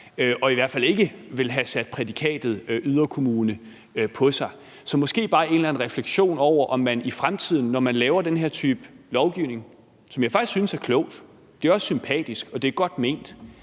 og i hvert fald ikke vil have sat prædikatet yderkommune på sin bopæl. Så måske kunne man bare komme med en eller anden refleksion over, om man i fremtiden, når man laver den her type lovgivning, som jeg faktisk synes er klog og også sympatisk og velment,